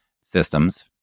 Systems